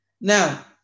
Now